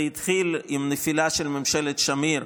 זה התחיל עם נפילה של ממשלת שמיר,